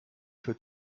für